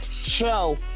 show